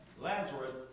Lazarus